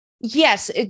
yes